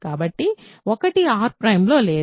కాబట్టి ఒకటి R ′లో లేదు